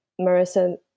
Marissa